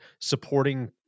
supporting